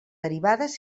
derivades